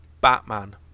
Batman